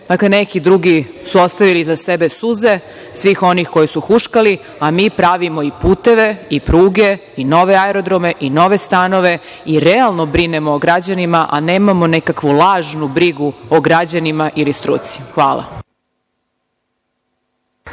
Neki drugi su ostavili iza sebe suze svih onih koje su huškali, a mi pravimo i puteve, i pruge, i nove aerodrome i nove stanove, i realno brinemo o građanima, nemamo nekakvu lažnu brigu o građanima ili struci. Hvala.